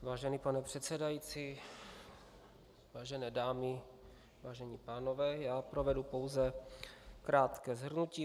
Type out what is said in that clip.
Vážený pane předsedající, vážené dámy, vážení pánové, já provedu pouze krátké shrnutí.